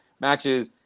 matches